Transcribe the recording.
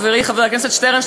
חברי חבר הכנסת שטרן.